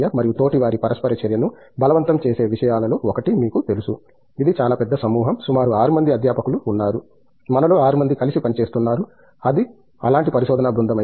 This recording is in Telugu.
మరియు తోటివారి పరస్పర చర్యను బలవంతం చేసే విషయాలలో ఒకటి మీకు తెలుసు ఇది చాలా పెద్ద సమూహం సుమారు 6 మంది అధ్యాపకులు ఉన్నారు మనలో 6 మంది కలిసి పనిచేస్తున్నారు అది అలాంటి పరిశోధనా బృందం అయితే